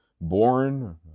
Born